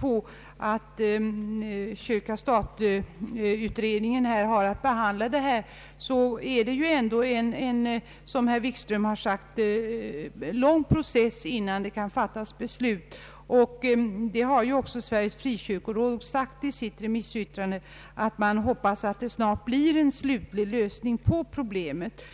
påpekats att stat—kyrka-beredningen har att behandla dessa frågor och att det återstår — som herr Wikström sagt — en lång process innan vi kan fatta beslut. Sverige frikyrkoråd har också sagt i sitt remissyttrande att man hoppas att det snart blir en slutlig lösning på problemet.